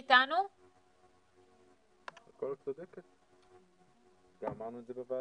את צודקת ואמרנו את זה בוועדה.